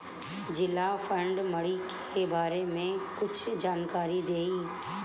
जिला फल मंडी के बारे में कुछ जानकारी देहीं?